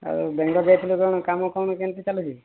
ଆଉ ବେଙ୍ଗଲୋର ଯାଇଥିଲୁ କ'ଣ କାମ କେମିତି ଚାଲିଛି